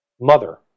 mother